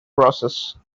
process